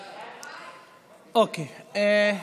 אוקיי.